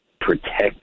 protect